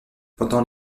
pendant